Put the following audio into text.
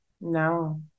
No